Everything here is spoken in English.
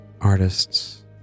artists